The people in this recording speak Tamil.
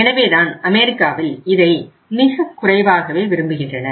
எனவேதான் அமெரிக்காவில் இதை மிகக்குறைவாகவே விரும்புகின்றனர்